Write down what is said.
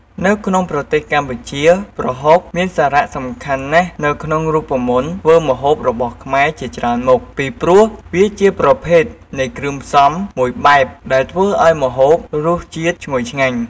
នៅក្នុងប្រទេសកម្ពុជា ប្រហុកមានសារៈសំខាន់ណាស់នៅក្នុងរូបមន្តធ្វើម្ហូបរបស់ខ្មែរជាច្រើនមុខ ពីព្រោះវាជាប្រភេទនៃគ្រឿងផ្សំមួយបែបដែលធ្វេីឱ្យម្ហូបរសជាតិឈ្ងុយឆ្ងាញ់។